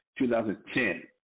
2010